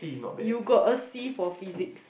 you got a C for physics